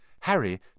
Harry